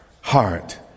Heart